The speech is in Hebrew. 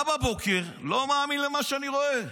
אני בא בבוקר ולא מאמין למה שאני רואה.